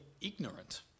ignorant